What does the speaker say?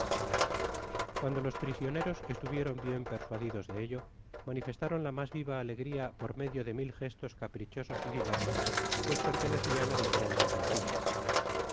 guando tos prisioneros estuvieron bien persuadidos de ello manifestaron la mas viva alegria por medio de mil gestos caprichosos y diversos pues pertenecian á diferentes naciones